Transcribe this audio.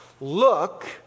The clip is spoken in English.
Look